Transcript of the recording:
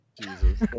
Jesus